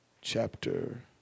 chapter